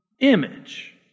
Image